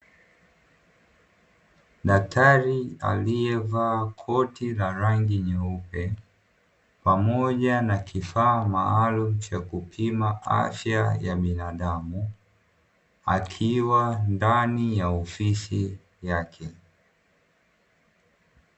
Daktari alievaa koti la rangi nyeupe pamoja na kifaa maalumu cha kupima afya ya binadamu. Akiwa ndani ya ofisi yake.